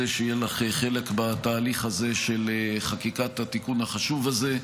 שיהיה לך חלק בתהליך הזה של חקיקת התיקון החשוב הזה.